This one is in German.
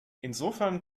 insofern